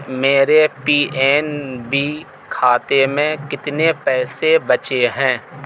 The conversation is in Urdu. میرے پی این بی کھاتے میں کتنے پیسے بچے ہیں